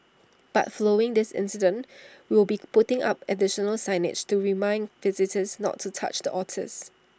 but following this incident we will be putting up additional signage to remind visitors not to touch the otters